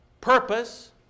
purpose